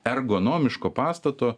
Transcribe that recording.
ergonomiško pastato